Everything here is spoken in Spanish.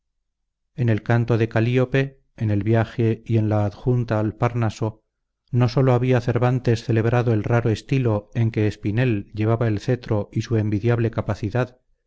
en el canto de calíope en el viaje y en la adjunta al farnaso no sólo había cervantes celebrado el raro estilo en que espinel llevaba el cetro y su envidiable capacidad